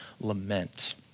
lament